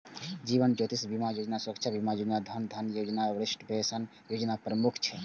जीवन ज्योति बीमा योजना, सुरक्षा बीमा योजना, जन धन योजना, वरिष्ठ पेंशन योजना प्रमुख छै